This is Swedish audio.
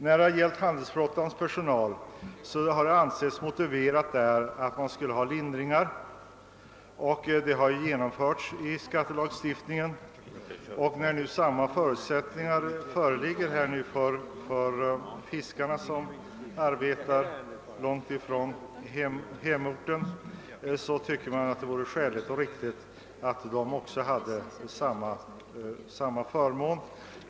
För handelsflottans personal har det ansetts motiverat med skattelindringar, och sådana har också genomförts i skattelagstiftningen. Eftersom samma förutsättningar föreligger för fiskare som arbetar långt från hemorten borde det vara skäligt och riktigt att de också hade samma förmån.